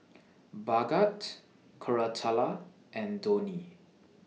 Bhagat Koratala and Dhoni